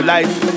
life